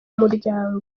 muryango